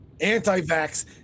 anti-vax